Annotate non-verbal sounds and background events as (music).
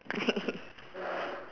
(laughs)